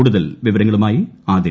കൂടുതൽ വിവരങ്ങളുമായി ആതിർ